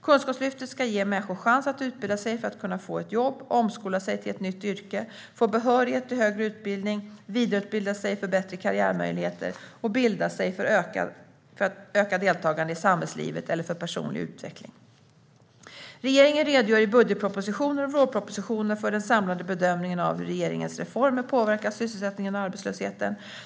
Kunskapslyftet ska ge människor chans att utbilda sig för att kunna få ett jobb, omskola sig till ett nytt yrke, få behörighet till högre utbildning, vidareutbilda sig för bättre karriärmöjligheter och bilda sig för ökat deltagande i samhällslivet eller för personlig utveckling. Regeringen redogör i budgetpropositioner och vårpropositioner för den samlade bedömningen av hur regeringens reformer påverkar sysselsättningen och arbetslösheten.